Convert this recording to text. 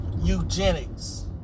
eugenics